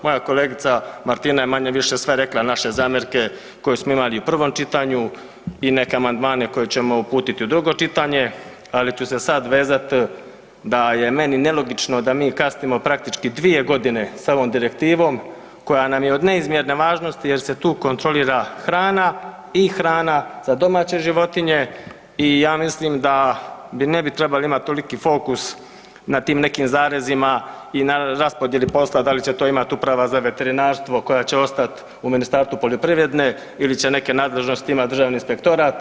Moja kolegica Martina je manje-više sve rekla naše zamjerke koje smo imali u prvom čitanju i neke amandmane koje ćemo uputiti u drugo čitanje, ali ću se sad vezat da je meni nelogično da mi kasnimo praktički 2 godine s ovom direktivom koja nam je od neizmjerne važnosti jer se tu kontrolira hrana i hrana za domaće životinje i ja mislim da bi, ne bi trebali imati toliki fokus na tim nekim zarezima i na raspodjeli posla da li će to imati uprava za veterinarstvo koja će ostati u Ministarstvu poljoprivrede ili će neke nadležnosti imati Državni inspektorat.